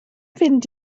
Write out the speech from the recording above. fynd